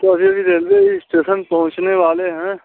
तो अभी अभी रेलवे ही स्टेशन पहुंचने वाले हैं